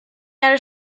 are